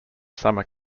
summer